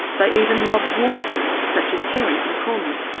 they even mob waterbirds, such as herons and cormorants,